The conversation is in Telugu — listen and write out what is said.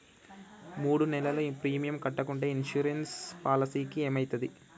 మూడు నెలలు ప్రీమియం కట్టకుంటే ఇన్సూరెన్స్ పాలసీకి ఏమైతది?